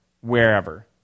wherever